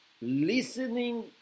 listening